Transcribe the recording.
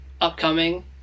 upcoming